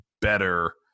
better –